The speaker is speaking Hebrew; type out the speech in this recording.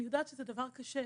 אני יודעת שזה דבר קשה,